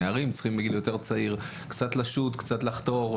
נערים צריכים קצת לשוט ולחתור,